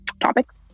topics